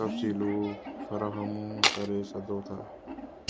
तफ़सीलु फ़राहमु करे सघो था